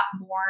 more